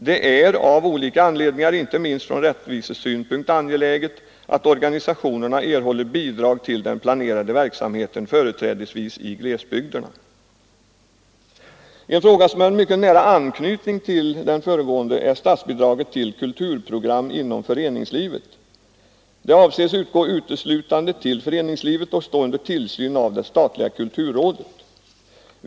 Det ärav olika anledningar, inte minst från rättvisesynpunkt, angeläget att organisationerna erhåller bidrag till den planerade verksamheten, företrädesvis i glesbygderna. En fråga som har mycket nära anknytning till den föregående är statsbidraget till kulturprogram inom föreningslivet. Det avses utgå uteslutande till föreningslivet och stå under tillsyn av det statliga kulturrådet.